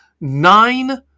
nine